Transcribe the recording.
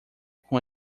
com